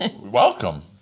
welcome